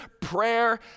prayer